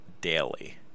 daily